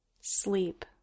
Sleep